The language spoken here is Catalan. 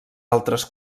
altres